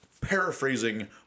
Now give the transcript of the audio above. paraphrasing